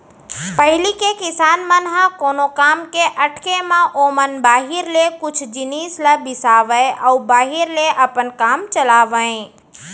पहिली के किसान मन ह कोनो काम के अटके म ओमन बाहिर ले कुछ जिनिस ल बिसावय अउ बाहिर ले अपन काम चलावयँ